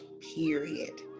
period